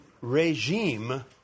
regime